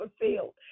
fulfilled